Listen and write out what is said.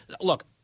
Look